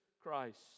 Christ